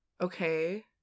okay